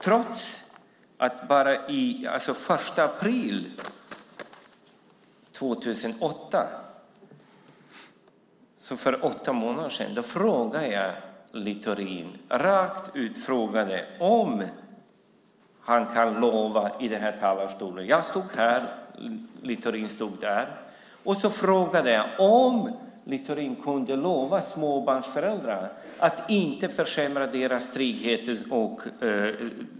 Den 1 april 2008, för åtta månader sedan, frågade jag Littorin rakt ut om han kunde lova - jag stod här och Littorin där han står - småbarnsföräldrar att inte försämra deras friheter.